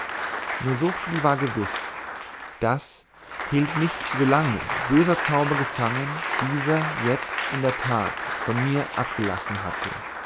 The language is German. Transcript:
nur so viel war gewiß daß hielt mich so lange ein böser zauber gefangen dieser jetzt in der tat von mir abgelassen hatte